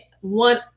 one